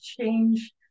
change